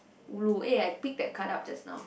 ulu eh I pick that card up just now